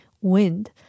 wind